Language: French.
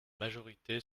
majorité